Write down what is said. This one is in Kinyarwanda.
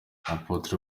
apotre